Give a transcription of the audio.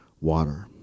water